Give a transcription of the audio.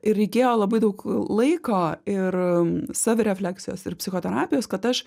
ir reikėjo labai daug laiko ir savirefleksijos ir psichoterapijos kad aš